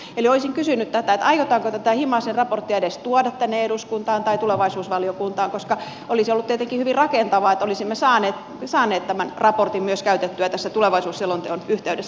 eli olisin kysynyt tätä aiotaanko tätä himasen raporttia edes tuoda tänne eduskuntaan tai tulevaisuusvaliokuntaan koska olisi ollut tietenkin hyvin rakentavaa että olisimme saaneet tämän raportin käytettyä myös tässä tulevaisuusselonteon yhteydessä